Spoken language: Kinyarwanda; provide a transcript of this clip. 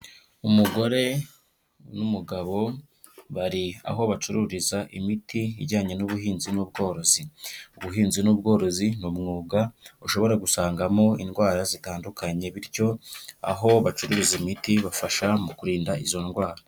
Umugore n'umugabo bari aho bacururiza imiti ijyanye n'ubuhinzi n'ubworozi. Ubuhinzi n'ubworozi ni umwuga ushobora gusangamo indwara zitandukanye, bityo aho bacururiza imiti bafasha mu kurinda izo ndwara.